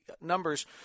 numbers